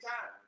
time